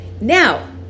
Now